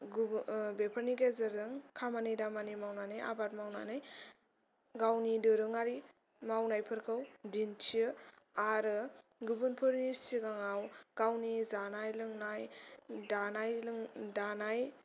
गुबुन ओ बेफोरनि गेजेरजों खामानि दामानि मावनानै आबाद मावनानै गावनि दोरोंआरि मावनायफोरखौ दिन्थियो आरो गुबुनफोरनि सिगाङाव गावनि जानाय लोंनाय दानाय लुनाय दानाय